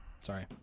sorry